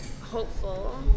hopeful